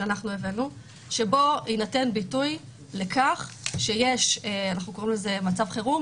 שהבאנו שבו יינתן ביטוי לכך שיש מצב חירום,